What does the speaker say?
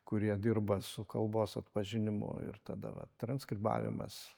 kurie dirba su kalbos atpažinimu ir tada va transkribavimas